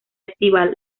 estival